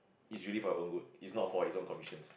it's really for you own good it's not for his own commissions